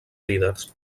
líders